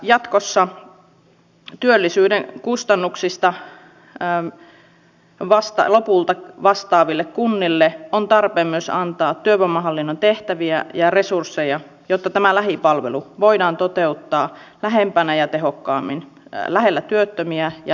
jatkossa työllisyyden kustannuksista lopulta vastaaville kunnille on tarpeen antaa myös työvoimahallinnon tehtäviä ja resursseja jotta tämä lähipalvelu voidaan toteuttaa lähempänä ja tehokkaammin lähellä työttömiä ja lähellä työnantajia